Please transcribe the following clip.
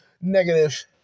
Negative